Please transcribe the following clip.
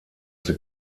the